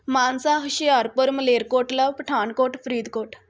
Mansa Hoshiarpur Malerkotla Pathankot Faridkot